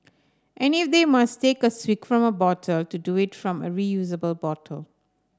and if they must take a swig from a bottle to do it from a reusable bottle